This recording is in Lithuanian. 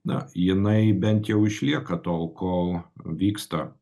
na jinai bent jau išlieka tol kol vyksta